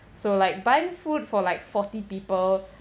so like buying food for like forty people